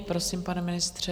Prosím, pane ministře.